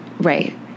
Right